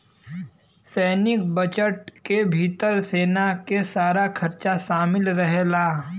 सैनिक बजट के भितर सेना के सारा खरचा शामिल रहेला